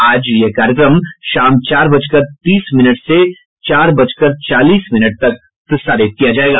आज यह कार्यक्रम शाम चार बजकर तीस मिनट से चार बजकर चालीस मिनट तक प्रसारित किया जाएगा